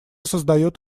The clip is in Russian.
создает